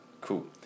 cool